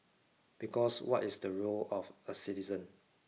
because what is the role of a citizen